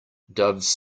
doves